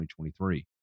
2023